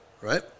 right